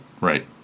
right